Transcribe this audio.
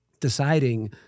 deciding